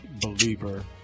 believer